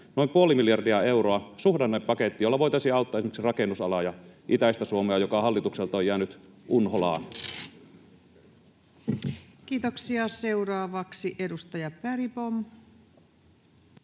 noin puoli miljardia euroa, suhdannepakettiin, jolla voitaisiin auttaa esimerkiksi rakennusalaa ja itäistä Suomea, joka hallitukselta on jäänyt unholaan. Kiitoksia. — Seuraavaksi edustaja Bergbom.